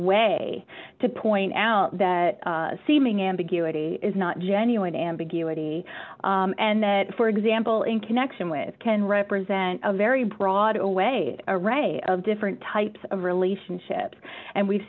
way to point out that seeming ambiguity is not genuine ambiguity and that for example in connection with can represent a very broad always array of different types of relationships and we've